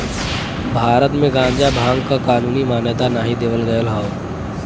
भारत में गांजा भांग क कानूनी मान्यता नाही देवल गयल हौ